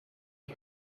qui